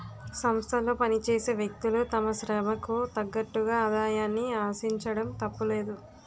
సంస్థలో పనిచేసే వ్యక్తులు తమ శ్రమకు తగ్గట్టుగా ఆదాయాన్ని ఆశించడం తప్పులేదు